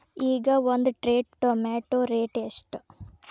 ಈಗ ಒಂದ್ tray tomato rate ಎಷ್ಟ?